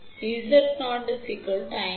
அதற்கு காரணம் Z0 50 is